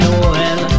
Noel